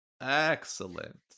excellent